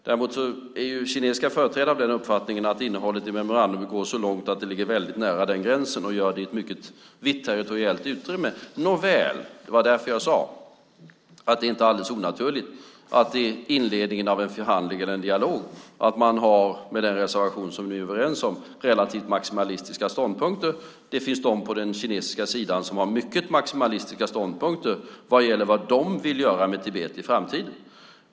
Däremot är kinesiska företrädare av den uppfattningen att innehållet i memorandumet går så långt att det ligger väldigt nära den gränsen och gör det i ett mycket vitt territoriellt utrymme. Nåväl: Det var därför som jag sade att det inte är alldeles onaturligt att man i inledningen av en förhandling eller en dialog, med den reservation som vi är överens om, har relativt maximalistiska ståndpunkter. Det finns de på den kinesiska sidan som har mycket maximalistiska ståndpunkter vad gäller vad de vill göra med Tibet i framtiden.